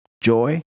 joy